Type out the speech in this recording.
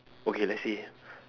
okay let's say